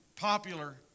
popular